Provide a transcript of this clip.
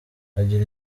agira